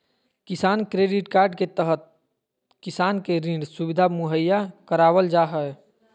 किसान credit card के तहत किसान के ऋण सुविधा मुहैया करावल जा हय